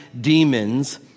demons